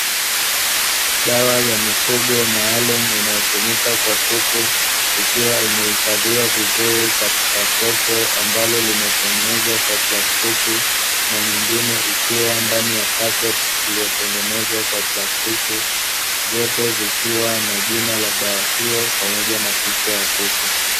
Dawa ya mifugo maalumu inayotumika kwa kuku ikiwa imehifadhiwa vizuri katika kopo, ambalo limetengenezwa kwa plastiki na nyengine ikiwa ndani ya paketi iliyo tengenezwa kwa plastiki vyote vikiwa na jina la dawa hiyo pamoja na picha ya kuku.